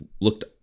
looked